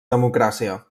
democràcia